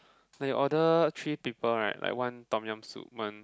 like you order three people right like one Tom-yum soup one